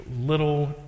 little